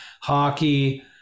hockey